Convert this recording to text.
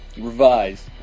Revise